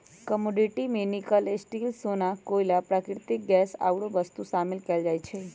commodity में nickel, steel,, सोना, कोइला, प्राकृतिक गैस आउरो वस्तु शामिल कयल जाइ छइ